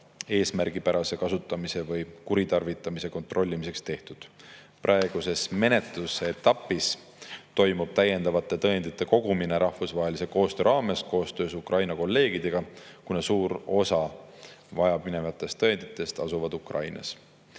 eesmärgipärase kasutamise või kuritarvitamise kontrollimiseks tehtud. Praeguses menetlusetapis toimub täiendavate tõendite kogumine rahvusvahelise koostöö raames koostöös Ukraina kolleegidega, kuna suur osa vajaminevatest tõenditest asub Ukrainas.